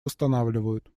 восстанавливают